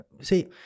see